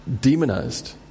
demonized